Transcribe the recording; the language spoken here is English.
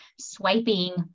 swiping